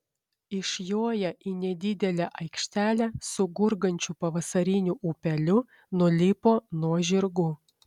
išjoję į nedidelę aikštelę su gurgančiu pavasariniu upeliu nulipo nuo žirgų